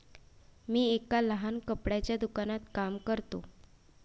मी एका लहान कपड्याच्या दुकानात काम करतो